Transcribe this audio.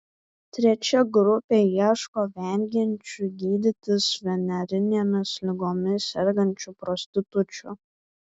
trečia grupė ieško vengiančių gydytis venerinėmis ligomis sergančių prostitučių